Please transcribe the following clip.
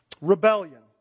rebellion